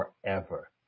forever